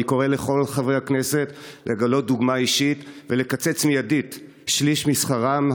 אני קורא לכל חברי הכנסת לגלות דוגמה אישית ולקצץ מיידית שליש משכרם.